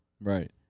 Right